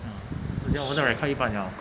ya 不下我在 record 一半 liao